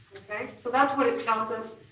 so that's what it tells us.